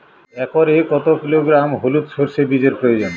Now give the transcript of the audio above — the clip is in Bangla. একরে কত কিলোগ্রাম হলুদ সরষে বীজের প্রয়োজন?